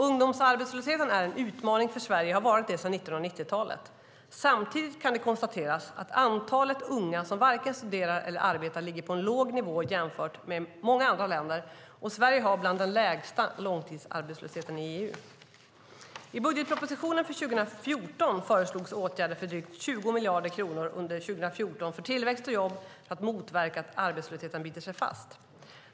Ungdomsarbetslösheten är en utmaning för Sverige och har varit det sedan 1990-talet. Samtidigt kan det konstateras att antalet unga som varken studerar eller arbetar ligger på en låg nivå jämfört med i många andra länder, och Sverige är bland de länder som har lägst långtidsarbetslöshet i EU. I budgetpropositionen för 2014 föreslogs åtgärder för drygt 20 miljarder kronor under 2014 för tillväxt och jobb för att motverka att arbetslösheten biter sig fast.